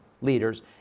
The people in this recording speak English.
leaders